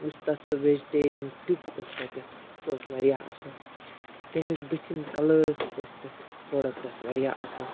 یُس تَتھ سُہ وٮ۪جٹیریَن ٹیُک اوس تَتٮ۪تھ سُہ اوس واریاہ اَصٕل تَمِکۍ بٔتھِم کَلٲرٕز ٲسۍ تَتھ پرٛوڈَکٹَس واریاہ اَصٕل